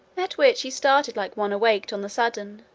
at which he startled like one awaked on the sudden,